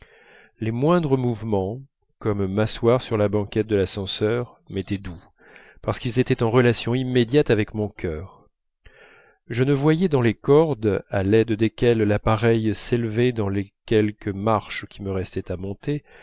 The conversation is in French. les moindres mouvements comme m'asseoir sur la banquette de l'ascenseur m'étaient doux parce qu'ils étaient en relation immédiate avec mon cœur je ne voyais dans les cordes à l'aide desquelles l'appareil s'élevait dans les quelques marches qui me restaient à monter